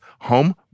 home